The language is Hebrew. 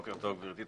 בוקר טוב לכולם,